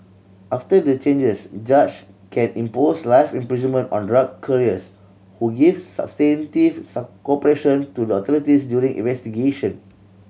after the changes judge can impose life imprisonment on drug couriers who give substantive cooperation to the authorities during investigation